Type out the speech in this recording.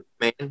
man